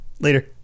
later